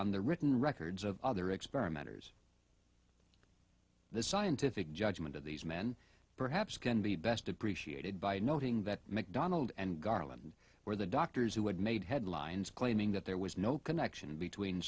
the written records of their experimenters the scientific judgment of these men perhaps can be best appreciated by noting that macdonald and garland where the doctors who had made headlines claiming that there was no connection between